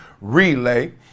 relay